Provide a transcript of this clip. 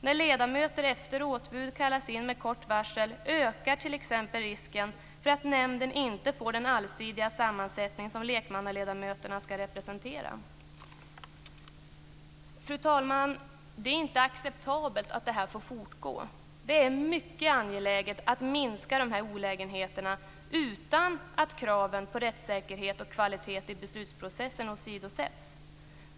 När ledamöter efter återbud kallas in med kort varsel ökar t.ex. risken för att nämnden inte får den allsidiga sammansättning som lekmannaledamöterna ska representera. Fru talman! Det är inte acceptabelt att det här får fortgå. Det är mycket angeläget att minska de här olägenheterna utan att kraven på rättssäkerhet och kvalitet i beslutsprocessen åsidosätts.